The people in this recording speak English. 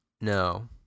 no